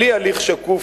בלי הליך שקוף,